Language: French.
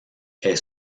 est